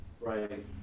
Right